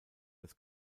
das